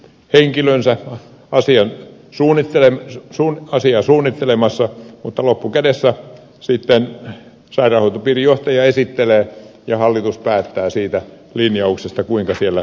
siellä on oma selvityshenkilönsä asiaa suunnittelemassa mutta loppukädessä sitten sairaanhoitopiirin johtaja esittelee ja hallitus päättää siitä linjauksesta kuinka siellä toimitaan